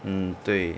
mm 对